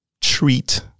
treat